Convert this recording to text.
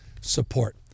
support